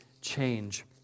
change